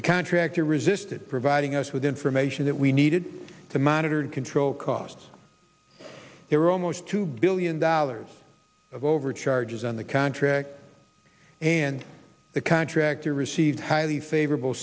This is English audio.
the contractor resisted providing us with information that we needed to monitor and control costs there were almost two billion dollars of overcharges on the contract and the contractor received highly favorable